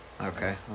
Okay